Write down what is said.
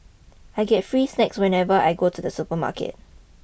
I get free snacks whenever I go to the supermarket